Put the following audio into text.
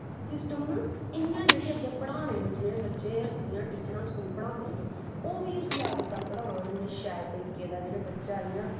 system न इयां जेह्ड़ी अग्गैं पढ़ाने न जिनैं बच्चे जियां टीचरां स्कूल पढ़ांदियां ओह् बी उस लैवल दा पढ़ान इयां शैल तरीके दा जेह्ड़ा बच्चा इ'यां